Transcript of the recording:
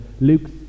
Luke's